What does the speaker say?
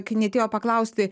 knietėjo paklausti